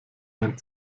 ein